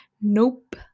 nope